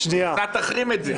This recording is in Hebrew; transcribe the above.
אוסנת תחרים את זה.